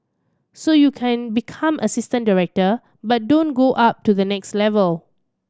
so you can become assistant director but don't go up to the next level